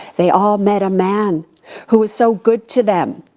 they all met a man who was so good to them.